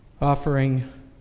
Offering